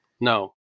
No